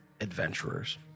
adventurers